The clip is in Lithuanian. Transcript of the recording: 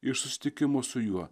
iš susitikimo su juo